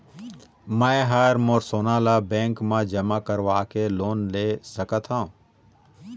मैं हर मोर सोना ला बैंक म जमा करवाके लोन ले सकत हो?